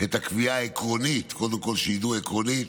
את הקביעה העקרונית, קודם כול שידעו עקרונית